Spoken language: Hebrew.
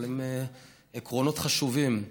אבל הם עקרונות חשובים.